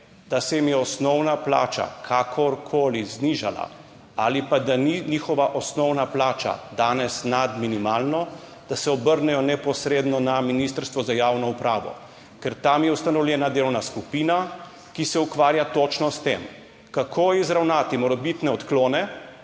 da se jim je osnovna plača kakorkoli znižala ali pa da ni njihova osnovna plača danes nad minimalno, da se obrnejo neposredno na Ministrstvo za javno upravo, ker tam je ustanovljena delovna skupina, ki se ukvarja točno s tem, kako izravnati morebitne odklone,